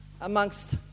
amongst